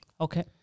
Okay